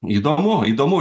įdomu įdomu